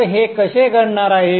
तर हे कसे घडणार आहे